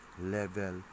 level